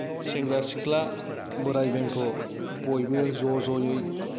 सेंग्रा सिख्ला बोराइ बेन्थ' बयबो ज' ज'यै